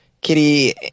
Kitty